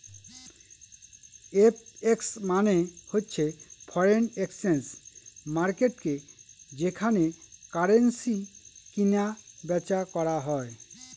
FX মানে হচ্ছে foreign exchange মার্কেটকে যেখানে কারেন্সি কিনা বেচা করা হয়